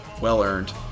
well-earned